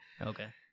Okay